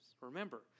Remember